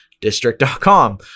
district.com